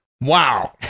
wow